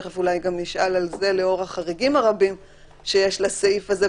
תיכף אולי גם נשאל על זה לאור החריגים הרבים שיש לסעיף הזה,